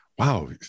Wow